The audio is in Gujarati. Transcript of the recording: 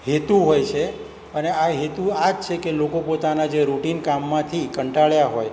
હેતુ હોય છે અને આ હેતુ આજ છે કે લોકો પોતાના જે રૂટિન કામમાંથી કંટાળ્યા હોય